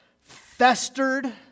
festered